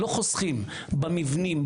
לא חוסכים במבנים,